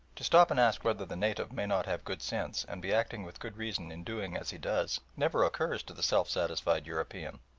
to stop and ask whether the native may not have good sense, and be acting with good reason in doing as he does, never occurs to the self-satisfied european.